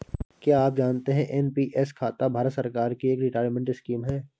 क्या आप जानते है एन.पी.एस खाता भारत सरकार की एक रिटायरमेंट स्कीम है?